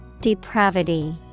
Depravity